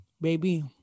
baby